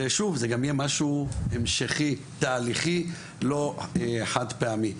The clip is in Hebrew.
ושוב, זה יהיה גם משהו המשכי, תהליכי, לא חד פעמי.